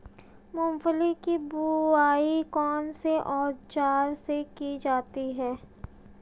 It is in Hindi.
मूंगफली की बुआई कौनसे औज़ार से की जाती है?